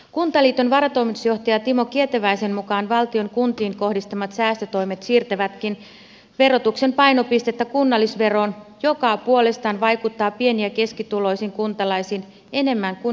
kuntaliiton varatoimitusjohtaja timo kietäväisen mukaan valtion kuntiin kohdistamat säästötoimet siirtävätkin verotuksen painopistettä kunnallisveroon joka puolestaan vaikuttaa pieni ja keskituloisiin kuntalaisiin enemmän kuin valtion tulovero